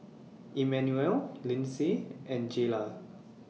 Emmanuel Lindsay and Jayla